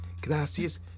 Gracias